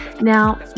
now